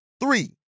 Three